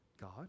God